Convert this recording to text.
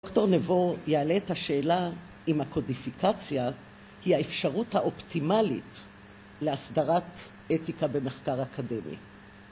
דוקטור נבו יעלה את השאלה אם הקודיפיקציה היא האפשרות האופטימלית להסדרת אתיקה במחקר אקדמי.